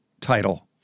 title